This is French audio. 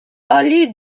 allée